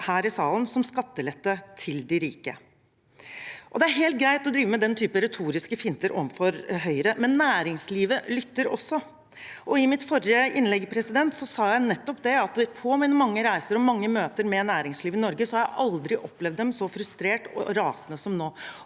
her i salen som skattelette til de rike. Det er helt greit å drive med den typen retoriske finter overfor Høyre, men næringslivet lytter også. I mitt forrige innlegg sa jeg nettopp det at på mine mange reiser og mange møter med næringslivet i Norge har jeg aldri opplevd dem så frustrert og rasende som nå.